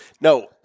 No